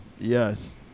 yes